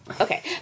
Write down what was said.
okay